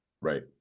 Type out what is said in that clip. Right